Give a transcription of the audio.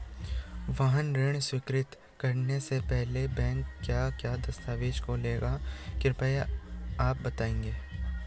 वाहन ऋण स्वीकृति करने से पहले बैंक क्या क्या दस्तावेज़ों को लेगा कृपया आप बताएँगे?